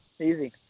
easy